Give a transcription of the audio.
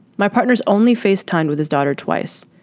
my partners only face time with his daughter twice.